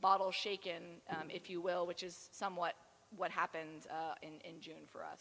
bottle shaken if you will which is somewhat what happened in june for us